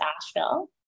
Asheville